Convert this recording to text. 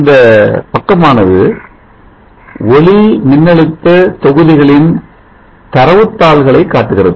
இந்த பக்கமானது ஒளிமின்னழுத்த தொகுதிகளின் தரவுதாள்களை காட்டுகிறது